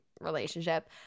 relationship